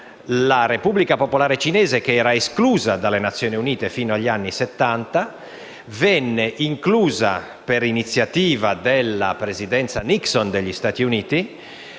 la Repubblica popolare cinese, che era stata esclusa dalle Nazioni Unite fino agli anni '70, venne inclusa per iniziativa della presidenza Nixon degli Stati Uniti.